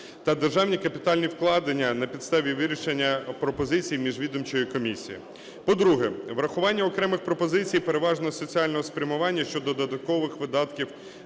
та державні капітальні вкладення на підставі вирішення пропозиції міжвідомчої комісії. По-друге, врахування окремих пропозицій переважно соціального спрямування щодо додаткових видатків